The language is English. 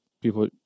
people